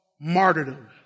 martyrdom